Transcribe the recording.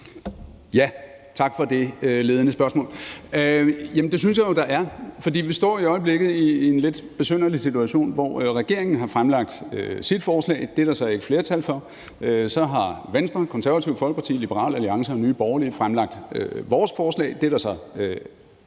: Tak for det ledende spørgsmål, og det synes jeg jo at der er. For vi står i øjeblikket i en lidt besynderlig situation, hvor regeringen har fremlagt sit forslag, som der så ikke er flertal for, og Venstre, Det Konservative Folkeparti, Liberal Alliance og Nye Borgerlige har fremlagt vores forslag, som der så – helt